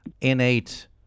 innate